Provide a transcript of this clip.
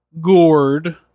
gourd